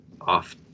off